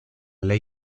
ley